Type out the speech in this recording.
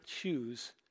choose